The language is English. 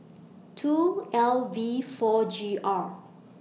two L V four G R